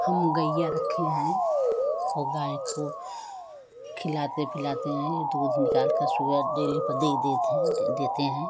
हम गइया रखे हैं औ गाय को खिलाते पिलाते हैं दूध निकाल कर सुबह डेरी पर दे देत हैं देते हैं